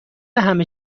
همه